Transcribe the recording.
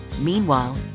Meanwhile